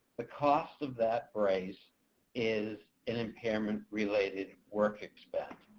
the cost of that brace is an impairment-related work expense.